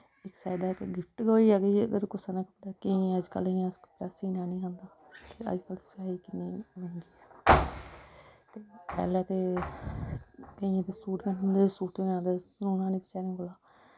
इस साईड दा इक गिफ्ट गै होई गेआ कि कुसै ने केइयें गी अज्जकल इयां कपड़ा सीना निं औंदा ते अज्जकल सेआई किन्नी मैंह्गी ऐ पैह्लें ते केइयें ते सूट गै होंदे सूट सनोना निं बचैरें कोला